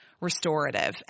restorative